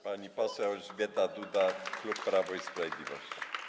Pani poseł Elżbieta Duda, klub Prawo i Sprawiedliwość.